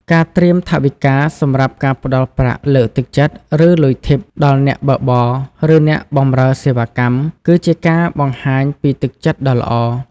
ការត្រៀមថវិកាសម្រាប់ការផ្តល់ប្រាក់លើកទឹកចិត្ត ឬ លុយ Tip ដល់អ្នកបើកបរ ឬអ្នកបម្រើសេវាកម្ម គឺជាការបង្ហាញពីទឹកចិត្តដ៏ល្អ។